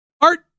Art